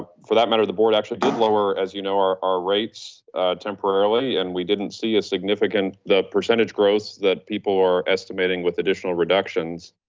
for that matter, the board actually did lower, as you know our our rates temporarily and we didn't see a significant percentage growth that people are estimating with additional reductions.